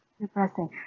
depressing